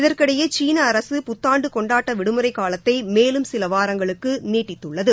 இதற்கிடையே சீன அரக புத்தாண்டு கொண்டாட்ட விடுமுறை காலத்தை மேலும் சில வாரங்களுக்கு நீட்டித்துள்ளது